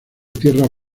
tierras